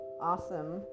awesome